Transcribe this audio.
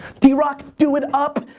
drock, do it up,